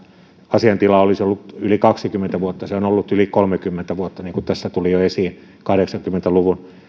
asiantila olisi ollut yli kaksikymmentä vuotta se on ollut yli kolmekymmentä vuotta niin kuin tässä tuli jo esiin kahdeksankymmentä luvun